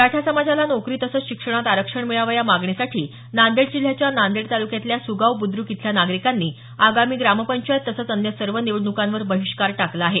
मराठा समाजाला नोकरी तसंच शिक्षणात आरक्षण मिळावं या मागणीसाठी नांदेड जिल्ह्याच्या नांदेड तालुक्यातल्या सुगाव बुद्रुक इथल्या नागरिकांनी आगामी ग्रामपंचायत तसंच अन्य सर्व निवडणुकांवर बहिष्कार टाकला आहे